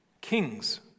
Kings